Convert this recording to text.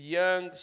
young